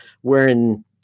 wherein